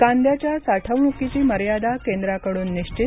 कांद्याच्या साठवणुकीची मर्यादा केंद्राकडून निश्वित